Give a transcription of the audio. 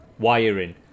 Wiring